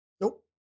Nope